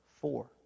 four